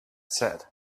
said